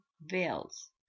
veils